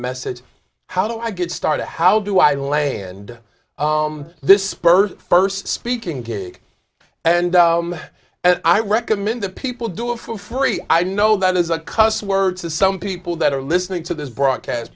message how do i get started how do i land this bird first speaking pig and i recommend that people do it for free i know that is a cuss word to some people that are listening to this broadcast